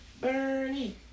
Bernie